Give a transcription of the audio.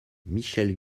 michèle